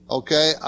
okay